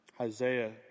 Isaiah